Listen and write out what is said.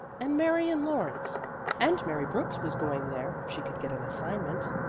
and marion lawrence and mary brooks was going there if she could get an assignment.